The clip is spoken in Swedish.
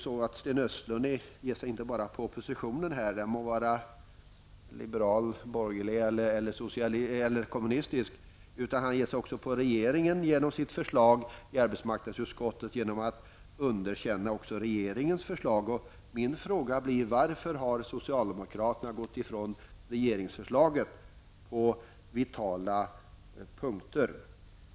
Sten Östlund ger sig inte bara på oppositionen -- den må vara liberal, borgerlig eller kommunistisk -- utan han ger sig också på regeringen genom sitt förslag i arbetsmarknadsutskottet. Han underkänner regeringens förslag. Min fråga blir då: Varför har socialdemokraterna gått ifrån regeringsförslaget på vitala punkter?